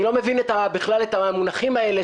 אני לא מבין בכלל את המונחים האלה,